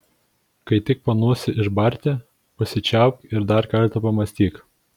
kai tik panūsi išbarti užsičiaupk ir dar kartą pamąstyk